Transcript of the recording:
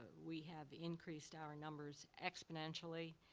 we have increased our numbers exponentially.